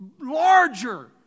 larger